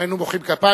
היינו מוחאים כפיים.